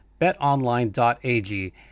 BetOnline.ag